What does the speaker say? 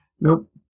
Nope